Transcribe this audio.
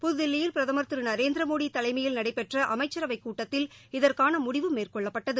பட்துதில் லியில் பிரதமர் திரு நரேந்திரமோடி தலைமையில் நடைபெற்ற அமைச்சரவைக் கூட்டத்தில் இதற்கான முடிவ மேற் கொள்ளப்பட்டது